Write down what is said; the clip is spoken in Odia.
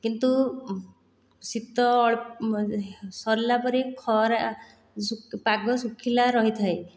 କିନ୍ତୁ ଶୀତ ସରିଲା ପରେ ଖରା ପାଗ ଶୁଖିଲା ରହିଥାଏ